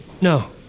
No